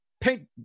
Paint